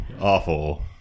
Awful